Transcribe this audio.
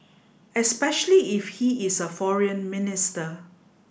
especially if he is a foreign minister